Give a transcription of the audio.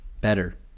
better